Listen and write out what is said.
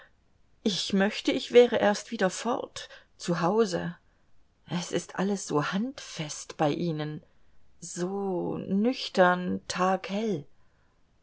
ich möchte ich wäre erst wieder fort zu hause es ist alles so handfest bei ihnen so nüchtern taghell